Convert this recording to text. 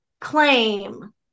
claim